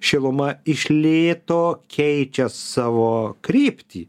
šiluma iš lėto keičia savo kryptį